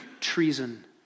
treason